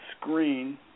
screen